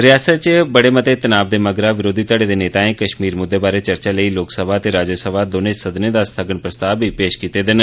रियासत च बड़े मते तनाव दे मगरा विरोधी घड़े दे नेतायें कश्मीर मुद्दे बारै चर्चा लेई लोक सभा ते राज्य सभा दोनें सदनें च स्थगन प्रस्ताव पेश कीते दे न